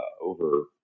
over